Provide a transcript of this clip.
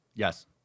Yes